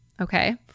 okay